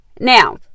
Now